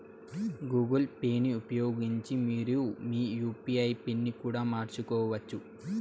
Google పేని ఉపయోగించి మీరు మీ యూ.పీ.ఐ పిన్ ని కూడా మార్చుకోవచ్చు